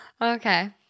okay